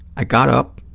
i got up,